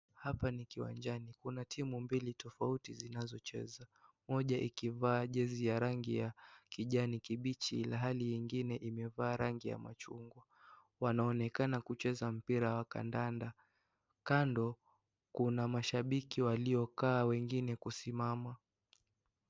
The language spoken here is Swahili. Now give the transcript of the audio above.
Hapa ni kiwanjani kuna timu mbili tofauti zinazocheza; moja ikivaa jezi ya rangi ya kijani kibichi ilhali ingine imevaa rangi ya machungwa. Wanaonekana kucheza mpira wa kandanda. Kando kuna mashabiki waliokaa wengine kusimama.